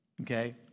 okay